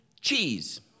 cheese